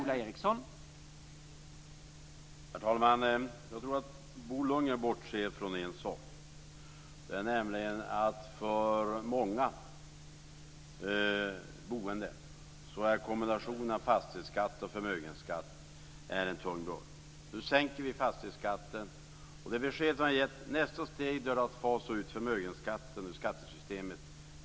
Herr talman! Jag tror att Bo Lundgren bortser från en sak. För många boende är kombinationen av fastighetsskatt och förmögenhetsskatt en tung börda. Nu sänker vi fastighetsskatten. Och det besked vi har givit är att vi i nästa steg vill fasa ut förmögenhetsskatten ur skattesystemet.